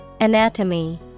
Anatomy